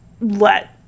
let